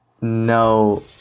no